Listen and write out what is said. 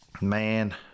man